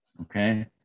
okay